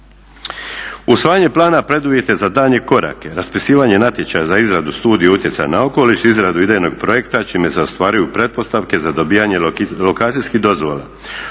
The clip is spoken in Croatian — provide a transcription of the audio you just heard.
Usvajanje plana preduvjet je za daljnje korake, raspisivanje natječaja za izradu studije utjecaja na okoliš, izradu idejnog projekta čime se ostvaruju pretpostavke za dobivanje lokacijskih dozvola.